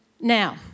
Now